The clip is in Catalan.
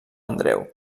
andreu